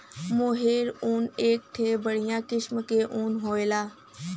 मोहेर ऊन एक ठे बढ़िया किस्म के ऊन होला